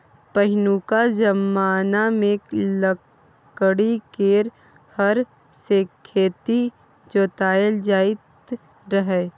पहिनुका जमाना मे लकड़ी केर हर सँ खेत जोताएल जाइत रहय